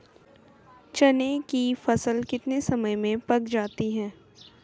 चने की फसल कितने समय में पक जाती है?